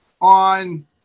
on